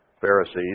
Pharisees